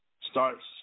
starts